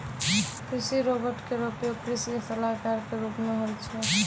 कृषि रोबोट केरो उपयोग कृषि सलाहकार क रूप मे होय छै